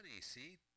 see